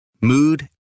mood